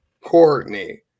Courtney